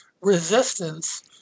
resistance